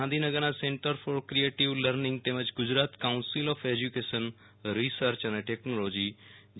ગાંધીનગરના centre for creative learning તેમજ Gujarat council of education research અને ટેકનોલોજી જી